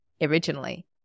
originally